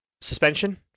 suspension